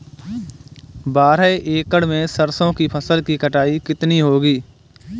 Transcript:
बारह एकड़ में सरसों की फसल की कटाई कितनी होगी?